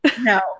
No